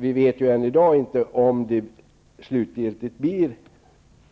Vi vet än i dag inte om det slutgiltigt blir